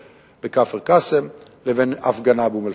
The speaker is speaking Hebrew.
בכפר-קאסם לבין ההפגנה באום-אל-פחם.